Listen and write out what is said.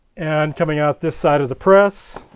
and coming out this side of the press.